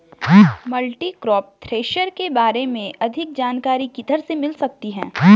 Multicrop thresher के बारे में अधिक जानकारी किधर से मिल सकती है?